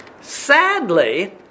Sadly